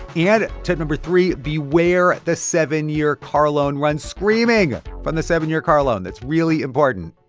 yeah tip number three, beware the seven-year car loan. run screaming from the seven-year car loan. that's really important.